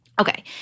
Okay